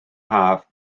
haf